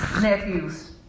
nephews